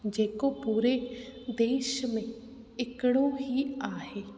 जेको पूरे देश में हिकिड़ो ई आहे